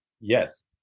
Yes